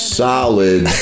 solid